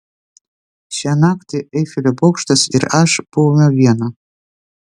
šią naktį eifelio bokštas ir aš buvome viena